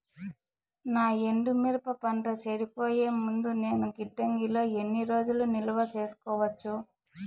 నా ఎండు మిరప పంట చెడిపోయే ముందు నేను గిడ్డంగి లో ఎన్ని రోజులు నిలువ సేసుకోవచ్చు?